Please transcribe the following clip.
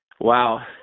wow